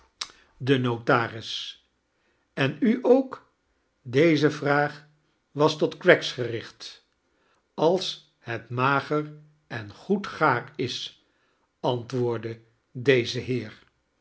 de notaris en u ook deze vraag was tot craggs gericht als het mager en goed gaar is antwoordde deze heer